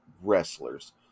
wrestlers